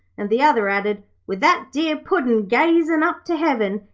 and the other added, with that dear puddin gazing up to heaven,